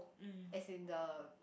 as in the